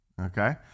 okay